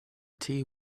tea